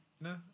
no